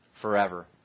forever